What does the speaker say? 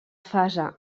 fase